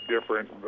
different